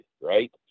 Right